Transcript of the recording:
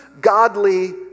godly